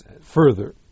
further